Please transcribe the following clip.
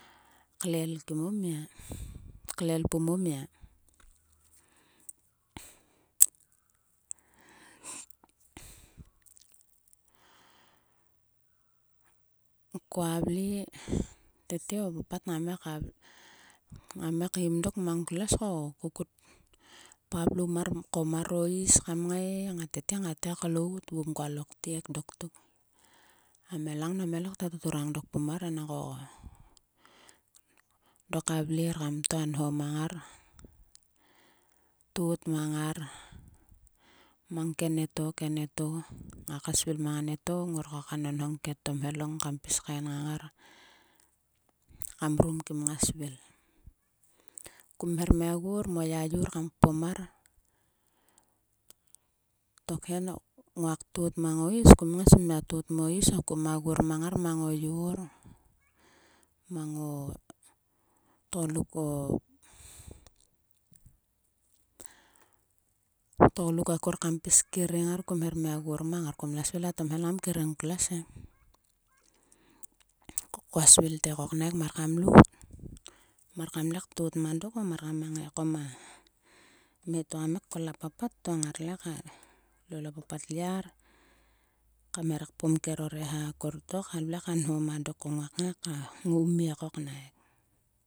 Klel kim o mia klel pum o mia kua vle tete, o papat ngai kiem dok mang klues ko kut pavloum mar ko mor o is kam ngat kngai klout vgum kualo. ktiek dok tuk. A mhelang nam ngai lokta tuturang dok pum mar e. Nangko dok a vleer kam ktua nho mang ngar. toot mang ngar mang kenieto kentieto. Ngaka svul mang annieto. Ngor koka nhong ke tomheleng kam pis kain nang ngar. Kam rum kim nga svil. Kum her mia gor mo yayor kam kpom mar. Tokhe nguak tot mango is. kum ngai smia toot mo is. Ko kuma gar mang ngar mo yor. Mang o tgoluk ko. o tgoluk ko. o tgoluk akor kam pis kering ngar. kum her mia gor mang ngar. Kum la svil a tom helang kam kering klues e. Kua svil te koknaik mar kam lout. Mar kamle ktot mang dok o. mar kam ngai ko ma mhe to kam ngai kol a papat to ngarle klol a papat lyar kam hera kpom kero reha akor to ka vle ka nho mang dok ko nguak ngai ka ngoumie koknaik.